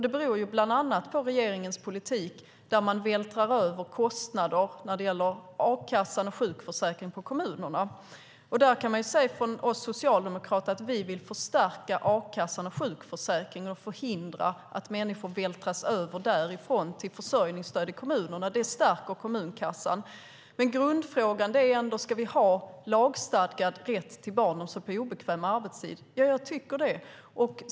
Det beror bland annat på regeringens politik. Regeringen vältrar över kostnader för a-kassan och sjukförsäkringen på kommunerna. Vi socialdemokrater vill förstärka a-kassan och sjukförsäkringen och förhindra att människor vältras över därifrån till försörjningsstöd i kommunerna. Det stärker kommunkassan. Grundfrågan är ändå: Ska vi ha lagstadgad rätt till barnomsorg på obekväm arbetstid? Ja, jag tycker det.